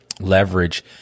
leverage